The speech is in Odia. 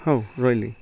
ହଉ ରହିଲି